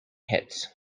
hits